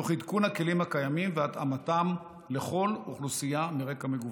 תוך עדכון הכלים הקיימים והתאמתם לכל אוכלוסייה מרקע מגוון.